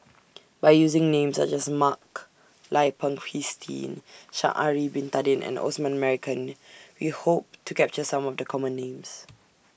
By using Names such as Mak Lai Peng Christine Sha'Ari Bin Tadin and Osman Merican We Hope to capture Some of The Common Names